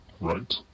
right